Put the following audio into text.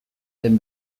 den